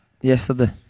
yesterday